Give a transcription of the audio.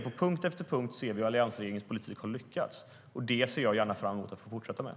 På punkt efter punkt ser vi hur alliansregeringens politik har lyckats, och jag ser fram emot att det kan få fortsätta.